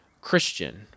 Christian